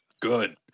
good